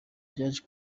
byaje